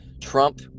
Trump